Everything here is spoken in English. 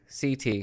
ct